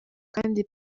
kandi